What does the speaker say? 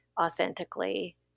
authentically